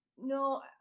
No